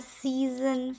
season